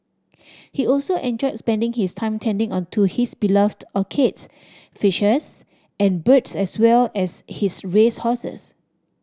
he also enjoyed spending his time tending on to his beloved orchids fishes and birds as well as his race horses